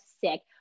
sick